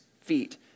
feet